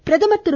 பிரதமர் திரு